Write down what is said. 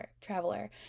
traveler